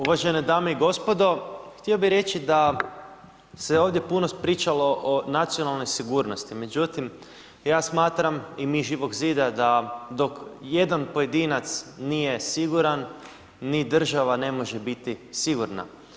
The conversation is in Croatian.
Uvažene dame i gospodo, htio bih reći da se ovdje puno pričalo o nacionalnoj sigurnosti, međutim ja smatram i mi iz Živog zida da dok jedan pojedinac nije siguran, ni država ne može biti sigurna.